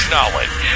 Knowledge